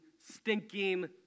stinking